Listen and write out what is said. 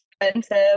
expensive